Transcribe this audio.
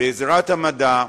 בעזרת המדע.